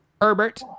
Herbert